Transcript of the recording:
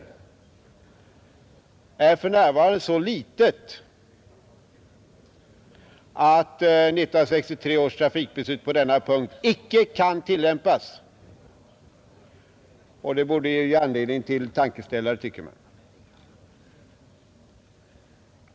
Det är för närvarande så litet att 1963 års trafikbeslut på denna punkt icke kan tillämpas. Detta borde ge anledning till en tankeställare, tycker man.